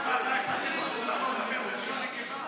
מיקי, אנחנו מכבדים את מרב מיכאלי ואת האמונה שלה.